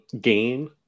gain